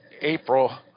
April